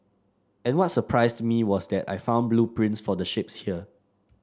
and what surprised me was that I found blueprints for the ships here